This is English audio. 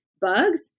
bugs